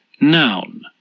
Noun